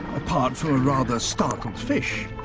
apart from a rather startled fish.